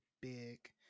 big